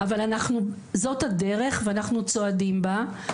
אבל זאת הדרך ואנחנו צועדים בה.